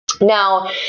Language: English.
Now